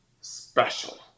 special